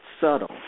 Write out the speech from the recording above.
subtle